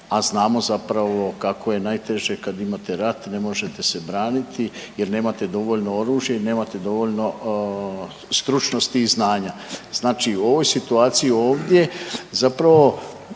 a znamo zapravo kako je najteže kad imate rat, ne možete se braniti jer nemate dovoljno oružja i nemate dovoljno stručnosti i znanja. Znači u ovoj situaciji ovdje zapravo